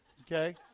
okay